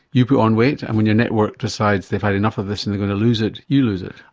you put on weight, and when your network decides that had enough of this and they're going to lose it, you lose it.